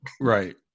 Right